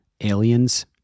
aliens